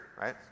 right